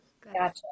Gotcha